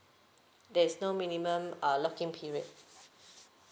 there is no minimum uh lock in period